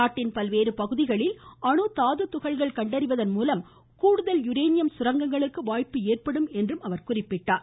நாட்டின் பல்வேறு பகுதிகளில் அணு தாது துகள்களை கண்டறிவதன் மூலம் கூடுதல் யுரேனியம் சுரங்கங்களுக்கு வாய்ப்பு ஏற்படும் என்றார்